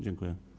Dziękuję.